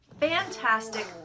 fantastic